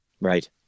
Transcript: Right